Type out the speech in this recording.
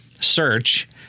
search